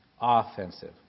offensive